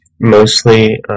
mostly